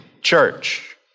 church